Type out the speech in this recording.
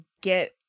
get